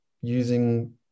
using